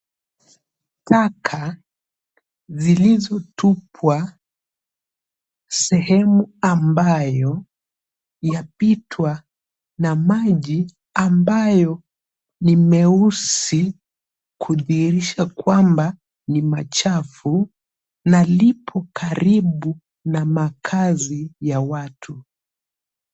Taka zilizotupwa sehemu ambayo yapitwa na maji ambayo ni meusi, kudhihirisha kwamba ni machafu na lipo karibu na makazi ya watu.